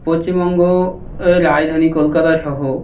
পশ্চিমবঙ্গ রাজধানি কলকাতা সহ